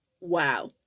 wow